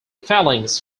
phalanx